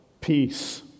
Peace